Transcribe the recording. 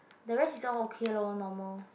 the rest is all okay lor normal